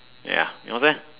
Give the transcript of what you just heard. ya yours eh